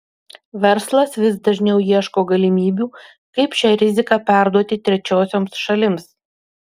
verslas vis dažniau ieško galimybių kaip šią riziką perduoti trečiosioms šalims